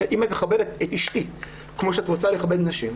אם את מכבדת את אשתי כמו שאת רוצה לכבד נשים,